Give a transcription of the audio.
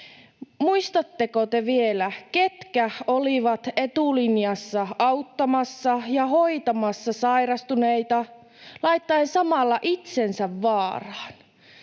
Muistatteko te vielä, ketkä olivat etulinjassa auttamassa ja hoitamassa sairastuneita laittaen samalla itsensä vaaraan?